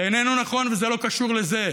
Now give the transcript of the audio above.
זה לא נכון וזה לא קשור לזה.